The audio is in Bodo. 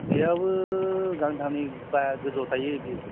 गैयाबाबो गांथामनि बा गोजौयाव थायो बिदि